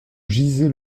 gisait